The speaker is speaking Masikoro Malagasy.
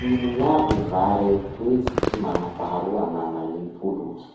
Ino iaby va reo toetsy tsy manam-paharoa anagnan'ny boloky?